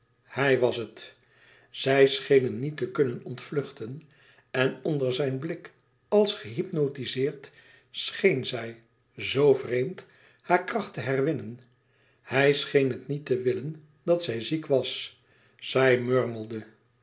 hij was het zij scheen hem niet te kunnen ontvluchten en onder zijn blik als gehypnotizeerd scheen zij zoo vreemd haar kracht te herwinnen hij scheen het niet te voelen dat zij ziek was zij